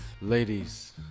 Ladies